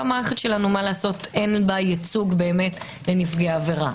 והמערכת שלנו אין בה ייצוג באמת לנפגעי עבירה.